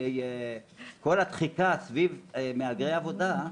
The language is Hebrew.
שכל התחיקה סביב מהגרי עבודה,